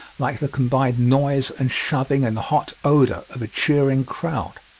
like the combined noise and shoving and hot odor of a cheering crowd.